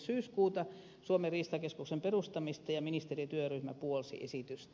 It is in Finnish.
syyskuuta suomen riistakeskuksen perustamista ja puolsi esitystä